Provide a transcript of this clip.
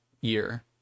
year